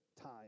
time